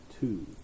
two